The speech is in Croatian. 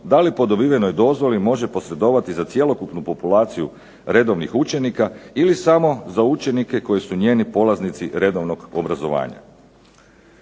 da li po dobivenoj dozvoli može posredovati za cjelokupnu populaciju redovnih učenika ili samo za učenike koji su njeni polaznici redovnog obrazovanja.